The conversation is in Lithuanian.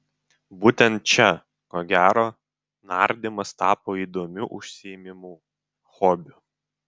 būtent čia ko gero nardymas tapo įdomiu užsiėmimu hobiu